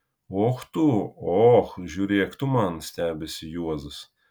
och tu och žiūrėk tu man stebisi juozas